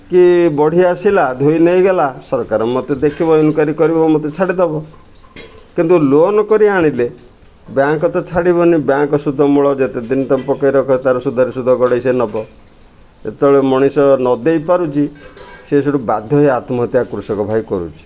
କି ବଢ଼ି ଆସିଲା ଧୋଇ ନେଇଗଲା ସରକାର ମୋତେ ଦେଖିବ ଇନ୍କ୍ଵାରି କରିବ ମୋତେ ଛାଡ଼ିଦେବ କିନ୍ତୁ ଲୋନ୍ କରି ଆଣିଲେ ବ୍ୟାଙ୍କ୍ ତ ଛାଡ଼ିବନି ବ୍ୟାଙ୍କ୍ ସୁଧ ମୂଳ ଯେତେଦିନ ତ ପକାଇ ରଖ ତା'ର ସୁଧାରେ ସୁଧ ଗଢ଼େଇ ସେ ନେବ ଯେତେବେଳେ ମଣିଷ ନ ଦେଇପାରୁଛି ସେ ସେଇଠୁ ବାଧ୍ୟ ହୋଇ ଆତ୍ମହତ୍ୟା କୃଷକ ଭାଇ କରୁଛି